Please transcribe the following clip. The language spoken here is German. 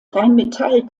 rheinmetall